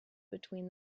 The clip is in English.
between